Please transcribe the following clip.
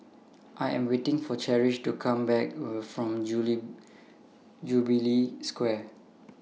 I Am waiting For Cherish to Come Back from July Jubilee Square